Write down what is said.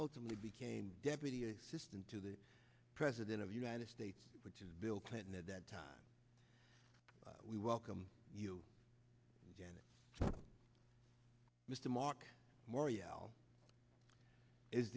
ultimately became deputy assistant to the president of united states which is bill clinton at that time we welcome you janet mr marc morial is